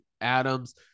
Adams